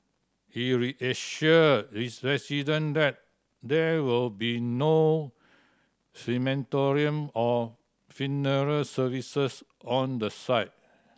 he reassured resident that there will be no crematorium or funeral services on the site